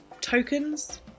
tokens